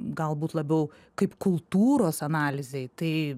galbūt labiau kaip kultūros analizei tai